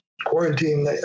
quarantine